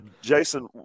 Jason